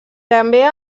també